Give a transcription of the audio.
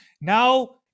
Now